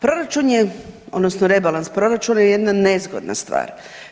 Proračun je odnosno rebalans proračuna je jedna nezgodna stvar.